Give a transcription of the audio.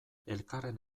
elkarren